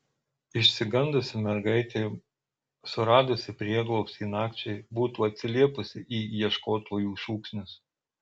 išsigandusi mergaitė suradusi prieglobstį nakčiai būtų atsiliepusi į ieškotojų šūksnius